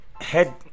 head